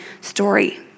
story